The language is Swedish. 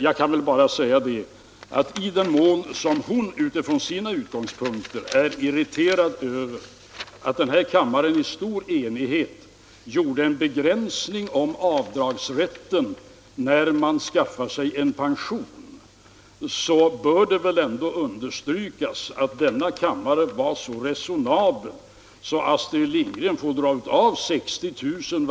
Jag kan bara säga att i den mån hon från sina utgångspunkter är irriterad över att den här kammaren i stor enighet gjorde en begränsning av avdragsrätten för pensionsförsäkringar, så bör det väl ändå understrykas att kammaren var så resonabel att Astrid Lindgren får dra av 60 000 kr.